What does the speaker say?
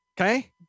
Okay